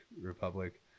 Republic